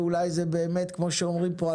ואולי זה באמת כמו שאומרים פה,